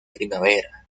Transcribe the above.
primavera